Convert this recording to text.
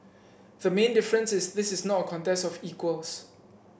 the main difference is this is not a contest of equals